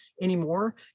anymore